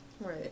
Right